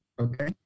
okay